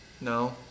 No